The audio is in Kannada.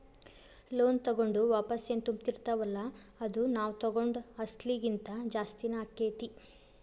ಲೋನ್ ತಗೊಂಡು ವಾಪಸೆನ್ ತುಂಬ್ತಿರ್ತಿವಲ್ಲಾ ಅದು ನಾವ್ ತಗೊಂಡ್ ಅಸ್ಲಿಗಿಂತಾ ಜಾಸ್ತಿನ ಆಕ್ಕೇತಿ